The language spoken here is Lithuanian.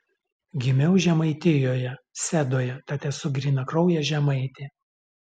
gimiau žemaitijoje sedoje tad esu grynakraujė žemaitė